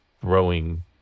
throwing